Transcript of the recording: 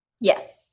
Yes